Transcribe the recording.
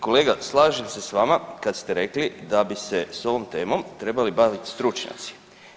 Kolega slažem se s vama kad ste rekli da bi se s ovom temom trebali baviti stručnjaci.